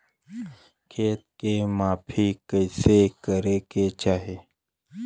खेत के माफ़ी कईसे करें के चाही?